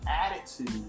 attitude